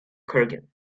kurgan